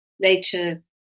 later